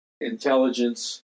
intelligence